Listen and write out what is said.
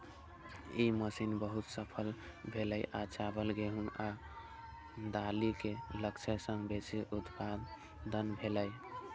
ई mission बहुत सफल भेलै आ चावल, गेहूं आ दालि के लक्ष्य सं बेसी उत्पादन भेलै